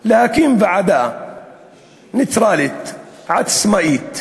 להקים ועדה נייטרלית, עצמאית,